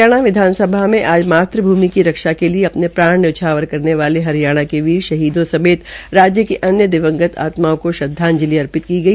हरियाणा विधानसभा में आज मातृभूमि की रक्षा के लिए अपने प्राण न्यौछावर करने वाले हरियाणा के वीर शहीदों समेत राज्य की अन्य दिवंगत आत्माओं को आज श्रद्धांजलि अर्पित की गई